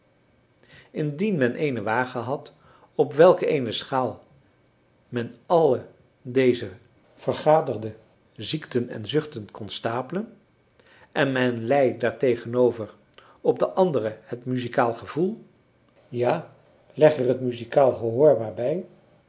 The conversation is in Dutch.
indien men eene wage had op welker eene schaal men alle deze vergaderde ziekten en zuchten kon stapelen en men lei daartegenover op de andere het muzikaal gevoel ja leg er het muzikaal gehoor